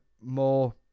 more